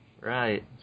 Right